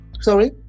Sorry